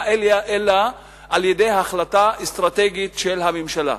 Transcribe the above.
אלא על-ידי החלטה אסטרטגית של הממשלה.